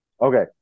Okay